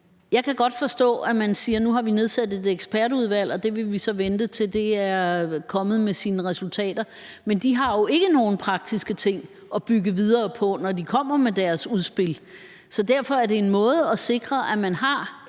Jeg kan godt forstå, at man siger, at man nu har nedsat et ekspertudvalg, og at man så vil vente, til det er kommet med sine resultater, men udvalget har jo ikke nogen praktiske ting at bygge videre på, når det kommer med situdspil, så derfor er det en måde at sikre, at man har